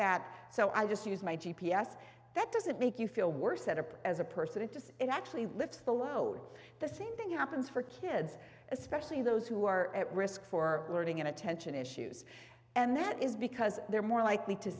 that so i'll just use my g p s that doesn't make you feel worse set up as a person it just it actually lifts the load the same thing happens for kids especially those who are at risk for learning and attention issues and that is because they're more likely to